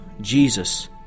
Jesus